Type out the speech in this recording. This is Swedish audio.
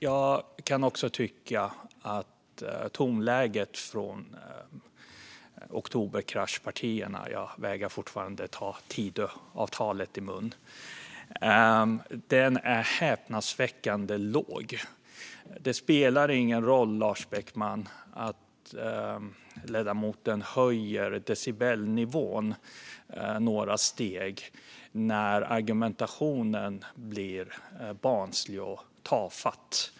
Jag tycker dock att tonläget från oktoberkraschpartierna - jag vägrar fortfarande ta ordet Tidöavtalet i mun - är häpnadsväckande högt. Det spelar ingen roll att Lars Beckman höjer decibelnivån några steg när argumentationen är barnslig och tafatt.